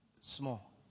small